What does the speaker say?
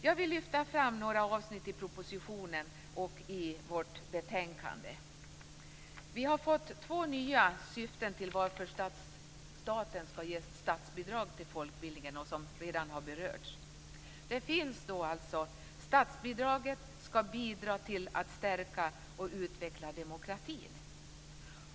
Jag vill lyfta fram några avsnitt i propositionen och i vårt betänkande. Vi har fått två nya syften när det gäller anledningen till att staten skall ge statsbidrag till folkbildningen, något som redan har berörts. Statsbidraget skall bidra till att stärka och utveckla demokratin.